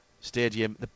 Stadium